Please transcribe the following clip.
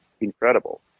incredible